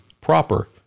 proper